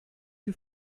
you